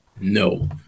No